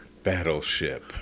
Battleship